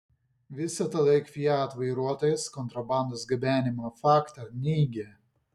visą tą laiką fiat vairuotojas kontrabandos gabenimo faktą neigė